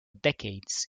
decades